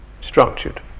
structured